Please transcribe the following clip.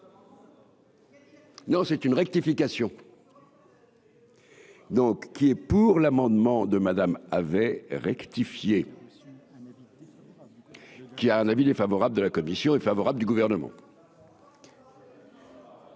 Non, c'est une rectification. Donc, qui est pour l'amendement de Madame avait rectifié. Un invité sur la radio. Qui a un avis défavorable de la commission est favorable du gouvernement.